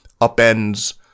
upends